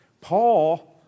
Paul